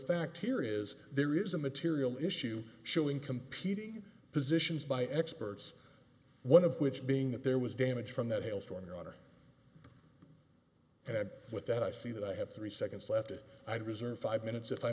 fact here is there is a material issue showing competing positions by experts one of which being that there was damage from that hailstorm daughter that with that i see that i have three seconds left it i deserve five minutes if i